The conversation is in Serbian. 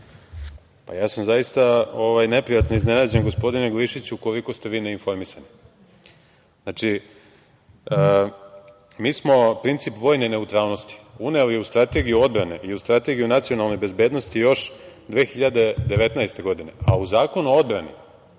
Ja sam zaista neprijatno iznenađen, gospodine Glišiću, koliko ste vi neinformisani. Mi smo princip vojne neutralnosti uneli u Strategiju odbrane i u Strategiju nacionalne bezbednosti još 2019. godine, a u Zakonu o odbrani,